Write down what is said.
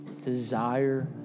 desire